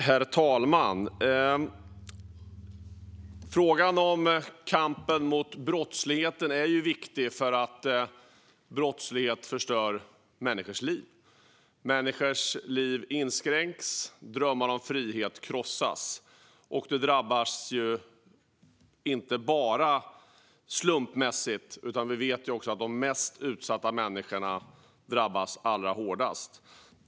Herr talman! Frågan om kampen mot brottsligheten är viktig, för brottslighet förstör människors liv. Människors liv inskränks, och drömmar om frihet krossas. Det drabbar inte bara slumpmässigt, utan vi vet att de mest utsatta människorna drabbas allra hårdast.